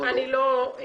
למה לא?